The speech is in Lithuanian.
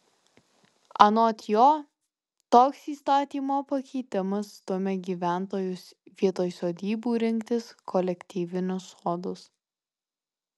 anot jo toks įstatymo pakeitimas stumia gyventojus vietoj sodybų rinktis kolektyvinius sodus